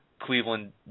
Cleveland